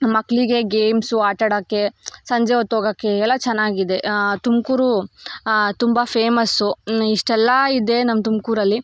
ಮಕ್ಕಳಿಗೆ ಗೇಮ್ಸು ಆಟಾಡೋಕ್ಕೆ ಸಂಜೆ ಹೊತ್ತು ಹೋಗಕ್ಕೆ ಎಲ್ಲ ಚೆನ್ನಾಗಿದೆ ತುಮಕೂರು ತುಂಬ ಫೇಮಸ್ಸು ಇಷ್ಟೆಲ್ಲ ಇದೆ ನಮ್ಮ ತುಮಕೂರಲ್ಲಿ